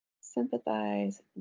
sympathize